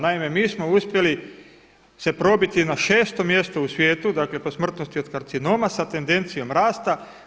Naime, mi smo uspjeli se probiti na 6. mjesto u svijetu, dakle po smrtnosti od karcinoma sa tendencijom rasta.